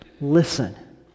Listen